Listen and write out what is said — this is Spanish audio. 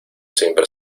siempre